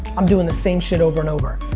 i'm doin' the same shit over and over.